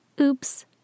Oops